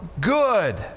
good